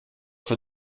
for